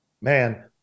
man